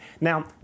now